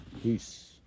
peace